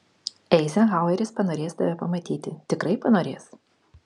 eizenhaueris panorės tave pamatyti tikrai panorės